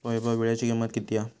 वैभव वीळ्याची किंमत किती हा?